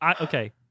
Okay